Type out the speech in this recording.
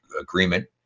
agreement